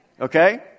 okay